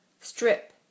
Strip